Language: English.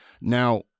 Now